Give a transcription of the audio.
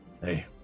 Hey